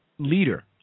leader